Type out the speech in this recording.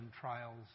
trials